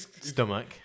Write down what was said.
stomach